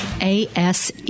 ASE